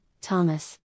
Thomas